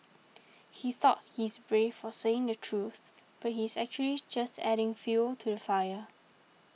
he thought he's brave for saying the truth but he's actually just adding fuel to the fire